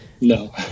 No